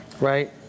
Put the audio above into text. right